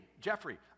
Jeffrey